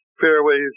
fairways